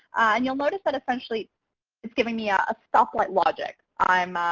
and you'll notice that essentially it's giving me a stoplight logic. i'm